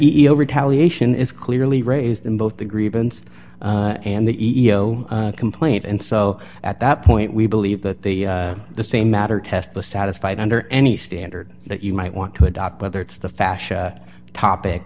eel retaliation is clearly raised in both the grievance and the eco complaint and so at that point we believe that the the same matter test the satisfied under any standard that you might want to adopt whether it's the fashion topic